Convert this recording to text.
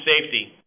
safety